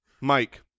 Mike